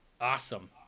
awesome